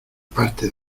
parte